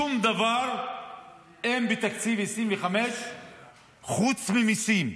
שום דבר אין בתקציב 2025 חוץ ממיסים.